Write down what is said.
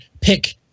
pick